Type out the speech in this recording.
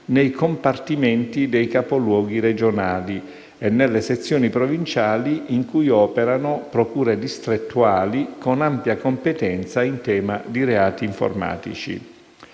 nei compartimenti dei capoluoghi regionali e nelle sezioni provinciali in cui operano procure distrettuali con ampia competenza in tema di reati informatici.